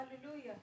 Hallelujah